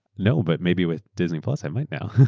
no, but maybe with disney plus, i might now.